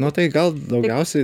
nu tai gal daugiausiai